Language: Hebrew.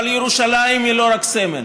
אבל ירושלים היא לא רק סמל,